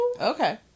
Okay